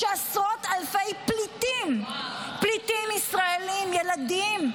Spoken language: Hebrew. עשרות אלפי פליטים ישראלים, ילדים,